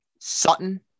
Sutton